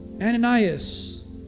Ananias